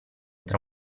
tra